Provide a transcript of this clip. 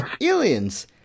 aliens